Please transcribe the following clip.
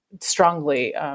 strongly